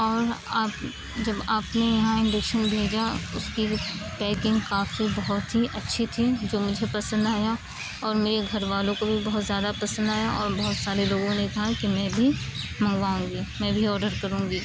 اور آپ جب آپ نے یہاں انڈکشن بھیجا اس کی پیکنگ کافی بہت ہی اچھی تھی جو مجھے پسند آیا اور میرے گھر والوں کو بھی بہت زیادہ پسند آیا اور بہت سارے لوگوں نے كہا كہ میں بھی منگواؤں گی میں بھی آڈر كروں گی